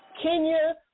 Kenya